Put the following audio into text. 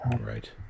Right